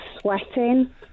sweating